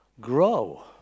grow